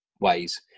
ways